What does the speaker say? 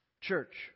church